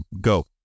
go